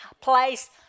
place